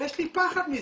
ויש לי פחד מזה.